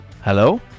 Hello